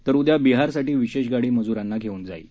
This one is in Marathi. तर उद्या बिहारसाठी विशेष गाडी मजुरांना घेऊन जाईल